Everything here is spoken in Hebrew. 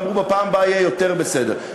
ואמרו שבפעם הבאה יהיה יותר בסדר.